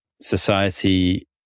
society